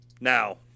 Now